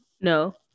No